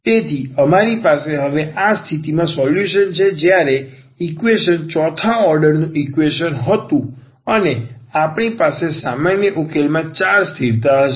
તેથી અમારી પાસે હવે આ સ્થિતિમાં સોલ્યુશન છે જ્યારે ઈક્વેશન ચોથા ઓર્ડરનું ઈક્વેશન હતું અને આપણી પાસે સામાન્ય ઉકેલ માં ચાર સ્થિરતા હશે